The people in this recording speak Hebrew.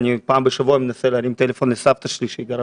פעם בשבוע אני מנסה להרים טלפון לסבתא שלי שהיא גרה